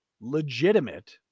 legitimate